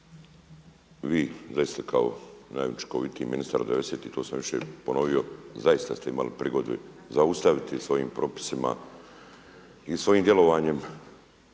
vi zaista kao najučinkovitiji ministar devedesetih, to sam više ponovio zaista ste imali prigodu zaustaviti svojim propisima i svojim djelovanjem